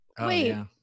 wait